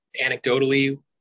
anecdotally